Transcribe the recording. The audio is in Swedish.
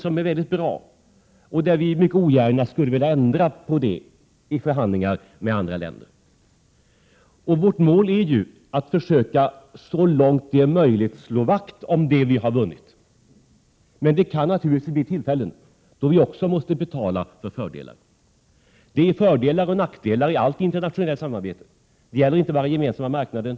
I dessa frågor skulle vi mycket ogärna vilja ändra oss i förhandlingar med andra länder. Vårt mål är att så långt det är möjligt försöka slå vakt om det vi har vunnit. Det kan naturligtvis också bli tillfällen när vi måste betala för fördelar. Det finns fördelar och nackdelar med allt internationellt samarbete. Det gäller inte bara Gemensamma marknaden.